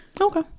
okay